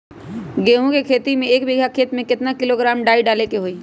गेहूं के खेती में एक बीघा खेत में केतना किलोग्राम डाई डाले के होई?